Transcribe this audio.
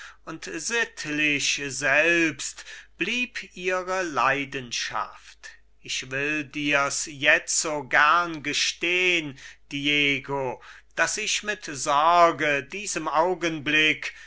und sittlich selbst blieb ihre leidenschaft und will dir's jetzo gern gestehn diego daß ich mit sorge diesem augenblick